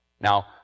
Now